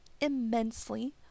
immensely